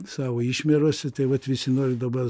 savo išmerose tai vat visi nori dabar